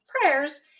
prayers